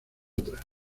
otras